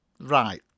Right